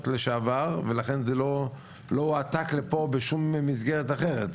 לשעבר ולכן זה לא הועתק לפה בשום מסגרת אחרת.